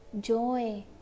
joy